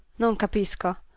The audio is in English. non capisco.